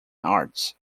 arts